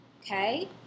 Okay